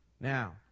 Now